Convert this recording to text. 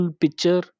picture